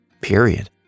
Period